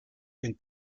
and